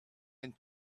and